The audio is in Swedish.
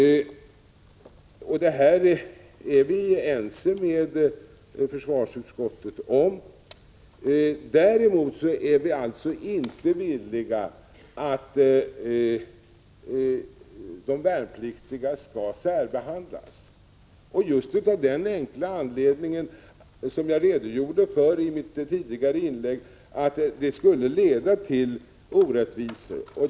Detta är vi ense med försvarsutskottet om. Däremot är vi alltså inte villiga att gå med på att de värnpliktiga skall särbehandlas. Den enkla anledningen till det är, som jag redgjorde för i mitt tidigare inlägg, att det skulle leda till orättvisor.